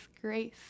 grace